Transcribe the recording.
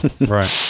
right